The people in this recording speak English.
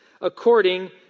according